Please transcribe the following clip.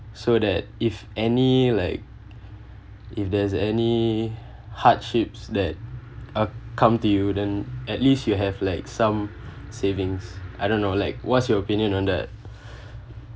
so that if any like if there's any hardships that uh come to you then at least you have like some savings I don't know like what's your opinion on that